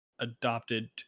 adopted